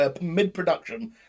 Mid-production